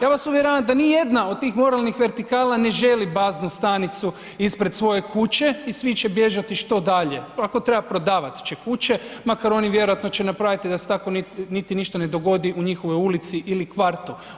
Ja vas uvjeravam da nijedna od tih moralnih vertikala ne želi baznu stanicu ispred svoje kuće i svi će bježati što dalje, ako treba prodavat će kuće makar oni vjerojatno će napraviti da se tako niti ništa ne dogodi u njihovoj ulici ili u njihovom kvartu.